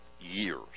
years